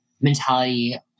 mentality